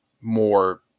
more